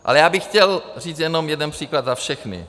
Ale já bych chtěl říct jenom jeden příklad za všechny.